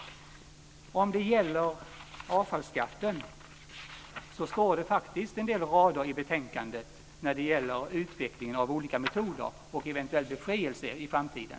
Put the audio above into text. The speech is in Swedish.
Vad gäller avfallsskatten finns det i betänkandet faktiskt en del rader om utvecklingen av olika metoder och om eventuell befrielse i framtiden.